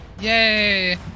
Yay